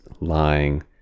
lying